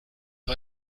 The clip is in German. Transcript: auf